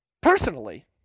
personally